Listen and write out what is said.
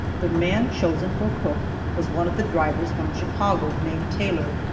the man chosen for cook was one of the drivers from chicago named taylor,